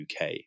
UK